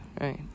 right